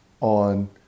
on